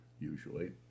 usually